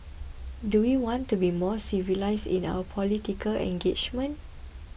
do we want to be more civilised in our political engagement